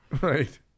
right